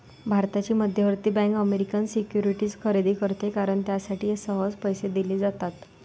भारताची मध्यवर्ती bank American securities खरेदी करते कारण त्यासाठी सहज पैसे दिले जातात